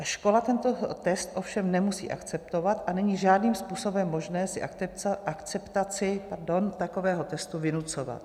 Škola tento test ovšem nemusí akceptovat a není žádným způsobem možné si akceptaci takového testu vynucovat.